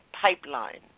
pipeline